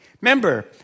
Remember